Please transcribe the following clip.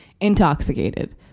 intoxicated